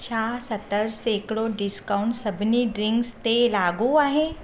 छा सतरि सेकड़ो डिस्काउंट सभिनी ड्रिंक्स ते लाॻू आहे